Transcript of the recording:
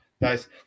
Nice